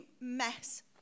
mess